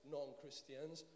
non-Christians